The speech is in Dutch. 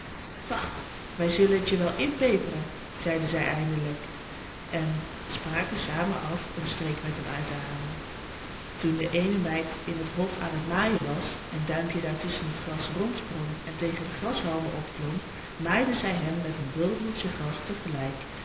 wacht wij zullen het je wel inpeperen zeiden zij eindelijk en spraken samen af een streek met hem uit te halen toen de eene meid in den hof aan het maaien was en duimpje daar tusschen het gras rondsprong en tegen de grashalmen opklom maaide zij hem met een bundeltje gras tegelijk